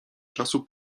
czasu